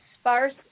sparse